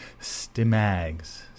stimags